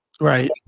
Right